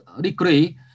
degree